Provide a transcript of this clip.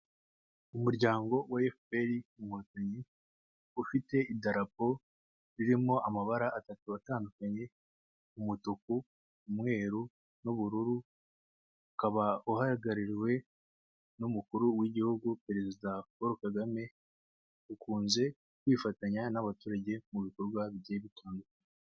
Umuryango wa FPR Inkotanyi ufite idarapo ririmo amabara atatu atandukanye: umutuku, umweru n'ubururu, ukaba uhagarariwe n'umukuru w'Igihugu Perezida Paul kagame ukunze kwifatanya n'abaturage mu bikorwa bigiye bitandukanye.